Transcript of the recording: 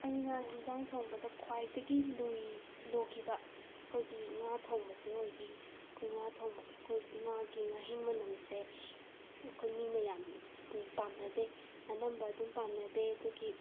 ꯑꯩꯅ ꯍꯤꯟꯖꯥꯡ ꯊꯣꯡꯕꯗ ꯈ꯭ꯋꯥꯏꯗꯒꯤ ꯂꯨꯏ ꯂꯨꯈꯤꯕ ꯑꯩꯈꯣꯏꯒꯤ ꯉꯥ ꯊꯣꯡꯕꯁꯦ ꯑꯣꯏꯈꯤ ꯑꯩꯈꯣꯏ ꯉꯥ ꯊꯣꯡꯕꯗ ꯑꯩꯈꯣꯏ ꯉꯥꯒꯤ ꯉꯍꯤꯡ ꯃꯅꯝꯁꯦ ꯑꯩꯈꯣꯏ ꯃꯤꯅ ꯌꯥꯝꯅ ꯄꯥꯝꯅꯗꯦ ꯑꯅꯝꯕ ꯑꯗꯨꯝ ꯄꯥꯝꯅꯗꯦ ꯑꯗꯨꯒꯤ